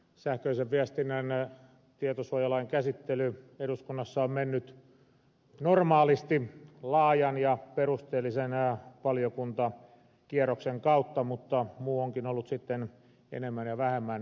sähköisen viestinnän tietosuojalain käsittely eduskunnassa on mennyt normaalisti laajan ja perusteellisen valiokuntakierroksen kautta mutta muu onkin ollut sitten enemmän ja vähemmän epänormaalia